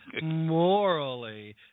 morally